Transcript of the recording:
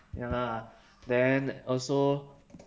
ya lah then also